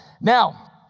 Now